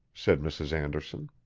said mrs. anderson.